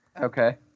Okay